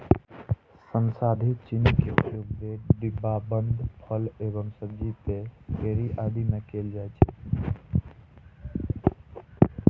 संसाधित चीनी के उपयोग ब्रेड, डिब्बाबंद फल एवं सब्जी, पेय, केंडी आदि मे कैल जाइ छै